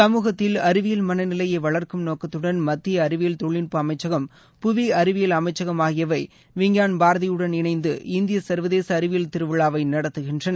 சமூகத்தில் அறிவியல் மனநிலையை வளர்க்கும் நோக்கத்துடன் மத்திய அறிவியல் தொழில்நுட்ப அளமச்சகம் புவி அறிவியல் அமைச்சகம் ஆகியவை விஞ்ஞான பாரதியுடன் இணைந்து இந்திய சர்வதேச அறிவியல் திருவிழாவை நடத்துகின்றன